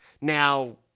now